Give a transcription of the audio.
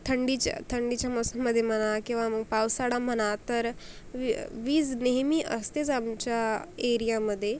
थंडीच्या थंडीच्या मोसममध्ये म्हणा किंवा मग पावसाळा म्हणा तर वी वीज नेहमी असतेच आमच्या एरियामध्ये